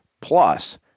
Plus